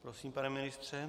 Prosím, pane ministře.